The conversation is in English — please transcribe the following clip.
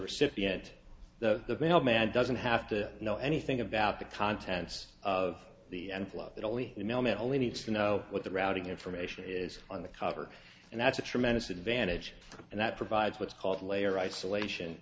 recipient the mailman doesn't have to know anything about the contents of the and flow that only the mailman only needs to know what the routing information is on the cover and that's a tremendous advantage and that provides what's called layer isolation